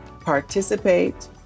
Participate